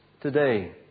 today